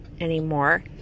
anymore